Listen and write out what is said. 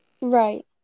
Right